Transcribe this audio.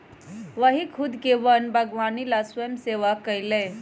वही स्खुद के वन बागवानी ला स्वयंसेवा कई लय